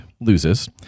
loses